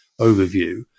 overview